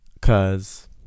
cause